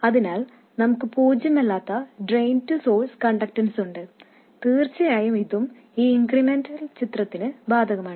അതിനാൽ നമുക്ക് പൂജ്യമല്ലാത്ത ഡ്രെയിൻ ടു സോഴ്സ് കണ്ടക്ടൻസുണ്ട് തീർച്ചയായും ഇതും ഈ ഇൻക്രിമെന്റൽ ചിത്രത്തിന് ബാധകമാണ്